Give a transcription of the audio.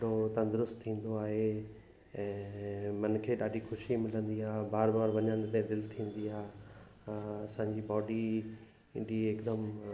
तंदुरुस्त थींदो आहे ऐं मन खे ॾाढी ख़ुशी मिलंदी आहे बार बार वञण लाइ दिलि थींदी आहे असांजी बॉडी हेॾी हिकदमु